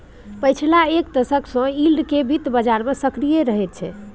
पछिला एक दशक सँ यील्ड केँ बित्त बजार मे सक्रिय रहैत छै